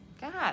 God